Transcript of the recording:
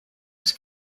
was